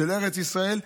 של ארץ ישראל,